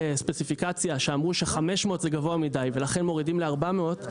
ספציפיקציה שאומרים ש-500 זה גבוה מדי ולכן מורידים ל-400,